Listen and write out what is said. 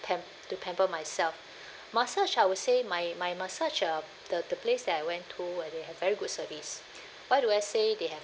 pam~ to pamper myself massage I would say my my massage uh the the place that I went to where they have very good service why do I say they have